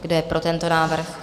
Kdo je pro tento návrh?